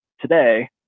today